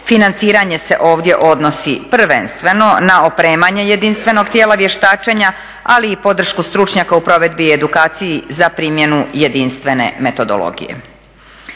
financiranje se ovdje odnosi prvenstveno na opremanje jedinstvenog tijela vještačenja, ali i podršku stručnjaka u provedbi i edukaciji za primjenu jedinstvene metodologije.